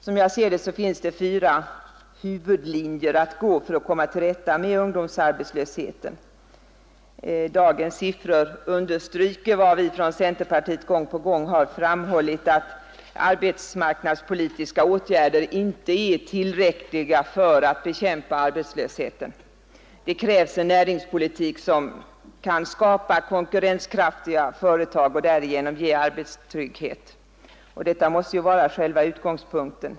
Som jag ser det finns det fyra huvudlinjer att följa för att komma till rätta med ungdomsarbetslösheten: För det första: Dagens siffror understryker vad vi från centerpartiet gång på gång har framhållit, nämligen att arbetsmarknadspolitiska åtgärder inte är tillräckliga för att bekämpa arbetslösheten. Det krävs en näringspolitik som kan skapa konkurrenskraftiga företag och därigenom ge arbetstrygghet. Detta måste vara själva utgångspunkten.